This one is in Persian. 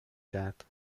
کرد